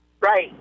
right